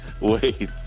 wait